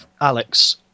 Alex